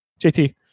JT